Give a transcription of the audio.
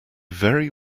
very